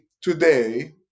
today